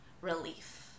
relief